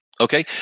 Okay